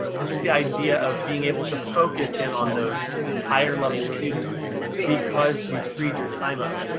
just the idea of being able to focus in on those higher level students because you've freed your time up.